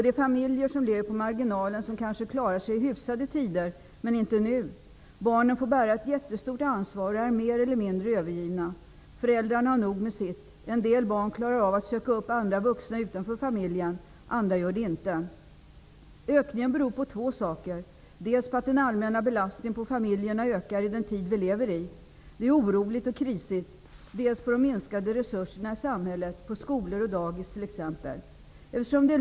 De familjer som lever på marginalen kanske klarar sig i hyfsade tider men inte nu. Barnen får bära ett jättestort ansvar. De är mer eller mindre övergivna. Föräldrarna har nog med sitt. En del barn klarar av att söka upp andra vuxna, utanför familjen, andra gör det inte. Ökningen beror på två saker. Dels ökar den allmänna belastningen på familjer i den tid vi lever i. Det är oroligt och krisigt. Dels minskar resurserna i samhället, till skolor och dagis t.ex.